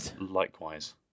Likewise